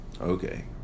Okay